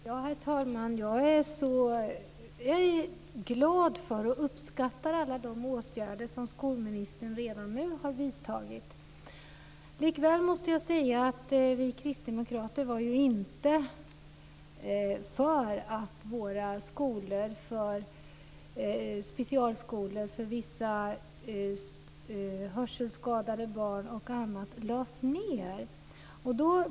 Herr talman! Jag är glad för och uppskattar alla de åtgärder som skolministern redan har vidtagit. Likväl måste jag säga att vi kristdemokrater inte var för att specialskolor för bl.a. hörselskadade barn lades ned.